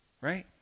right